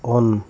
on